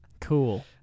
Cool